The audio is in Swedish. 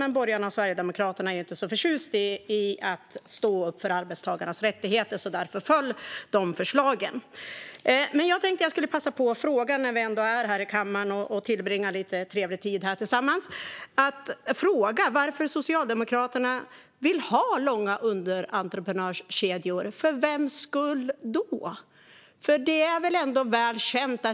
Men borgarna och Sverigedemokraterna är ju inte så förtjusta i att stå upp för arbetstagarnas rättigheter. Därför föll de förslagen. När vi ändå är här i kammaren och tillbringar lite trevlig tid tillsammans tänkte jag att jag skulle passa på att fråga varför Socialdemokraterna vill ha långa underentreprenörskedjor. För vems skull?